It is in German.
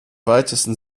weitesten